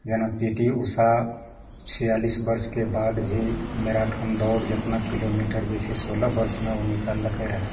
जेना पीटी उषा छिआलिस बर्षके बाद भी मेराथन दौड़ जेतना किलोमीटर जे छै से सोलह बर्किषमे ओ निकाललकै रहए